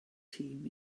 tîm